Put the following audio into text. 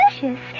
Delicious